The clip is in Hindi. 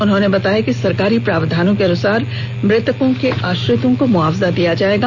उन्होंने कहा कि सरकारी प्रावधानों के अनुसार मृतकों के आश्रितों को मुआवजा दिया जाएगा